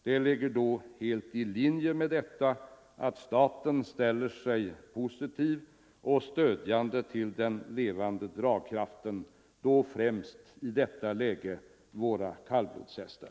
Det ligger helt i linje med detta att staten ställer sig positiv och stödjande till den levande dragkraften, då främst — i detta läge — våra kallblodshästar.